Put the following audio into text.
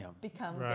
become